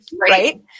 right